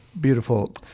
beautiful